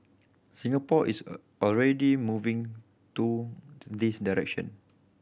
Singapore is a already moving to this direction